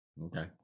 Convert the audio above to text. Okay